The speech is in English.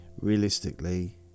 realistically